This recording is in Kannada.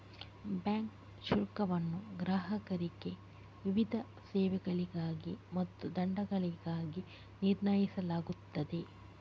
ಬ್ಯಾಂಕ್ ಶುಲ್ಕವನ್ನು ಗ್ರಾಹಕರಿಗೆ ವಿವಿಧ ಸೇವೆಗಳಿಗಾಗಿ ಮತ್ತು ದಂಡಗಳಾಗಿ ನಿರ್ಣಯಿಸಲಾಗುತ್ತದೆ